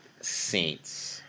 Saints